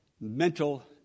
mental